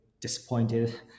disappointed